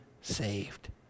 saved